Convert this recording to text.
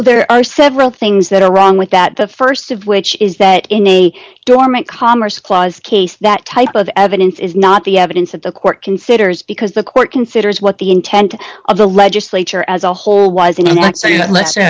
there are several things that are wrong with that the st of which is that in a dormant commerce clause case that type of evidence is not the evidence that the court considers because the court considers what the intent of the legislature as a whole